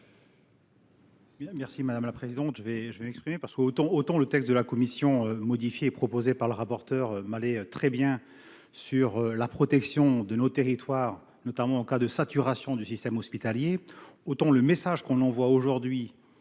Merci madame la présidente,